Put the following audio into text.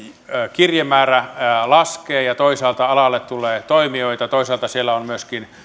kirjemäärä laskee ja toisaalta alalle tulee toimijoita toisaalta siellä on myöskin